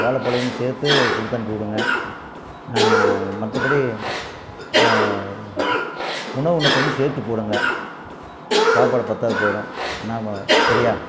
வாழைப் பழமும் சேர்த்து கொடுத்து அனுப்பி விடுங்கள் மற்றபடி உணவு இன்னும் கொஞ்சம் சேர்த்திப் போடுங்கள் சாப்பாடு பற்றாது போயிடும் ஏன்னால் பா சரியா